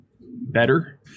better